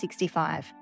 65